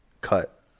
cut